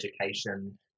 education